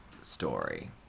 story